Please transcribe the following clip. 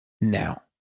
now